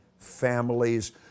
Families